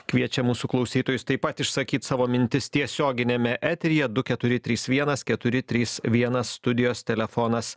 kviečiam mūsų klausytojus taip pat išsakyt savo mintis tiesioginiame eteryje du keturi trys vienas keturi trys vienas studijos telefonas